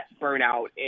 burnout